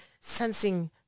sensing